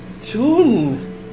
Tune